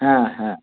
হ্যাঁ হ্যাঁ